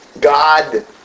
God